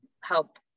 help